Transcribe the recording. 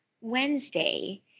Wednesday